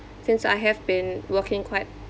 since I have been working quite